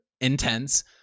intense